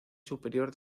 superior